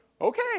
okay